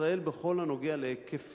ישראל, בכל הקשור להיקף